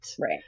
right